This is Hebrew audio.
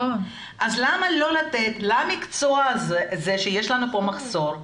למה לא לתת למקצוע הזה שיש לנו מחסור,